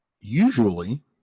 Usually